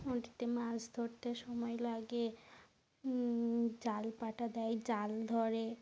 নদীতে মাছ ধরতে সময় লাগে জাল পাটা দেয় জাল ধরে